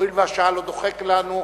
הואיל והשעה לא דוחקת בנו,